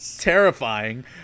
Terrifying